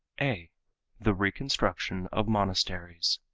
a the reconstruction of monasteries.